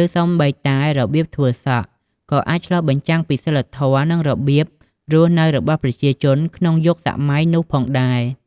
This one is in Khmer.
ឬសូម្បីតែរបៀបធ្វើសក់ ក៏អាចឆ្លុះបញ្ចាំងពីសីលធម៌ និងរបៀបរស់នៅរបស់ប្រជាជនក្នុងយុគសម័យនោះផងដែរ ។